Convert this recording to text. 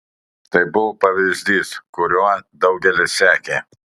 tai buvo pavyzdys kuriuo daugelis sekė